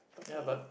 ya but